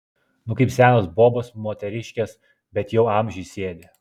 nu kaip senos bobos moteriškės bet jau amžiui sėdi